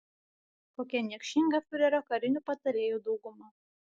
kokia niekšinga fiurerio karinių patarėjų dauguma